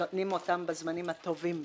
נותנים אותן בזמנים הטובים ביותר.